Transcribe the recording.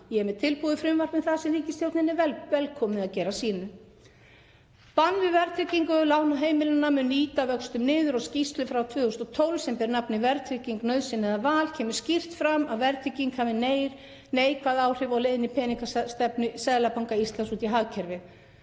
Ég er með tilbúið frumvarp um það sem ríkisstjórninni er velkomið að gera sínu. Bann við verðtryggingu lána heimilanna mun ýta vöxtum niður og í skýrslu frá 2012, sem ber nafnið Verðtrygging, nauðsyn eða val?, kemur skýrt fram að verðtrygging hafi neikvæð áhrif á leiðni peningastefnu Seðlabanka Íslands út í hagkerfið.